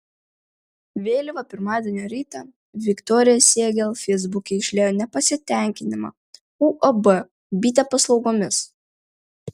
vėlyvą pirmadienio rytą viktorija siegel feisbuke išliejo nepasitenkinimą uab bitė paslaugomis